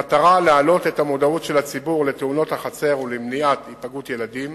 במטרה להעלות את המודעות של הציבור לתאונות החצר ולמניעת היפגעות ילדים.